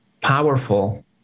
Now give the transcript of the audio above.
powerful